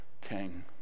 king